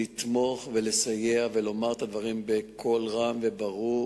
לתמוך ולסייע ולומר את הדברים בקול רם וברור